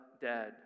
dead